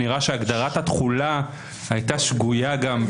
ונראה שהגדרת התכולה הייתה שגויה גם.